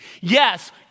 Yes